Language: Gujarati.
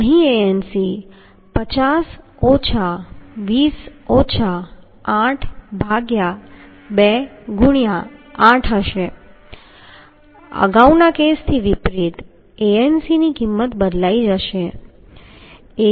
અહીં Anc 50 ઓછા 20 ઓછા 8 ભાગ્યા 2 ગુણ્યાં 8 હશે અગાઉના કેસથી વિપરીત Anc ની કિંમત બદલાઈ જશે